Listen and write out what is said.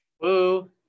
Woo